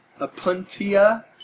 Apuntia